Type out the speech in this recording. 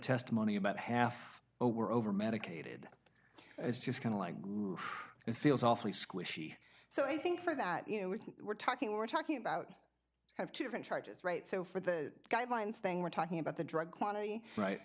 testimony about half what we're overmedicated it's just kind of like it feels awfully squishy so i think for that you know we're talking we're talking about have two different charges right so for the guidelines thing we're talking about the drug quantity right